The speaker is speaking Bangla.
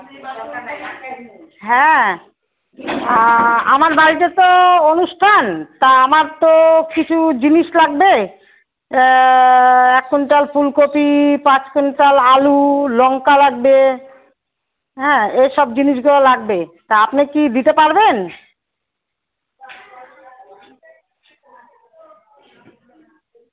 হ্যাঁ আ আমার বাড়িতে তো অনুষ্ঠান তা আমার তো কিছু জিনিস লাগবে এখন তো আর ফুলকপি পাঁচ ক্যুইন্টাল আলু লঙ্কা লাগবে হ্যাঁ এইসব জিনিসগুলো লাগবে তা আপনি কি দিতে পারবেন